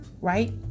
Right